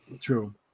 True